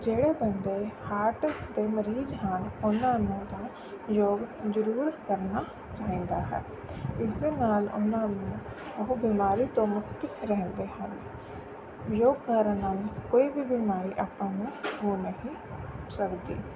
ਜਿਹੜੇ ਬੰਦੇ ਹਾਰਟ ਦੇ ਮਰੀਜ਼ ਹਨ ਉਹਨਾਂ ਨੂੰ ਤਾਂ ਯੋਗ ਜ਼ਰੂਰ ਕਰਨਾ ਚਾਹੀਦਾ ਹੈ ਇਸ ਦੇ ਨਾਲ ਉਹਨਾਂ ਨੂੰ ਉਹ ਬਿਮਾਰੀ ਤੋਂ ਮੁਕਤ ਰਹਿੰਦੇ ਹਨ ਯੋਗ ਕਰਨ ਨਾਲ ਕੋਈ ਵੀ ਬਿਮਾਰੀ ਆਪਾਂ ਨੂੰ ਹੋ ਨਹੀਂ ਸਕਦੀ